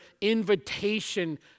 invitation